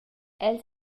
els